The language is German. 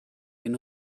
den